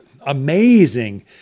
amazing